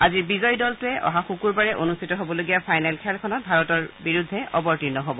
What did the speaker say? আজিৰ বিজয়ী দলটোৱে অহা শুকূৰবাৰে অনুষ্ঠিত হবলগীয়া ফাইনেল খেলখনত ভাৰতৰ বিৰুদ্ধে অৱতীৰ্ণ হ'ব